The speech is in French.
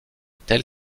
telle